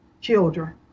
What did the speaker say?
children